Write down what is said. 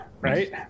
right